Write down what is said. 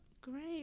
Great